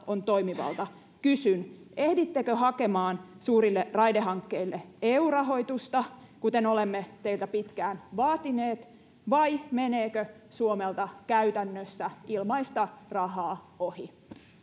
on toimivalta kysyn ehdittekö hakemaan suurille raidehankkeille eu rahoitusta kuten olemme teiltä pitkään vaatineet vai meneekö suomelta käytännössä ilmaista rahaa ohi